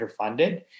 underfunded